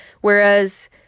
Whereas